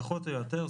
פחות או יותר.